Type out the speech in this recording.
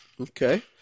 Okay